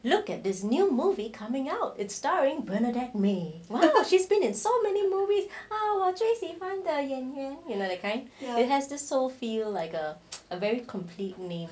look at this new movie coming out it's starring bernadette may she's been at so many movies oh 我最喜欢的演员 you know that kind ya it has this so feel like a a very complete name